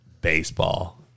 Baseball